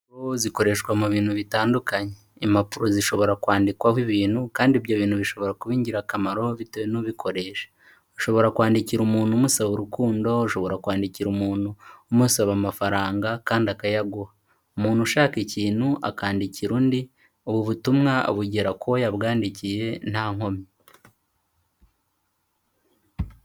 Impapuro zikoreshwa mu bintu bitandukanye. Impapuro zishobora kwandikwaho ibintu kandi ibyo bintu bishobora kuba ingirakamaro bitewe n'ubikoresha. Ushobora kwandikira umuntu umusaba urukundo, ushobora kwandikira umuntu umusaba amafaranga kandi akayaguha. Umuntu ushaka ikintu akandikira undi ubu butumwa bugera ku wo yabwandikiye nta nkomyi.